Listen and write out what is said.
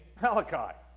Malachi